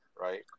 Right